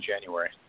January